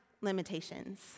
limitations